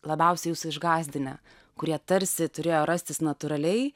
labiausiai jus išgąsdinę kurie tarsi turėjo rastis natūraliai